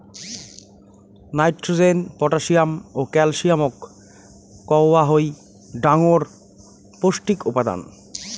nitrogen, potassium ও ক্যালসিয়ামক কওয়া হই ডাঙর পৌষ্টিক উপাদান